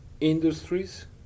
industries